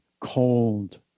cold